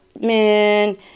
man